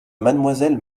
mademoiselle